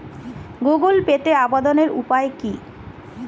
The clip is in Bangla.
গুগোল পেতে আবেদনের উপায় কি?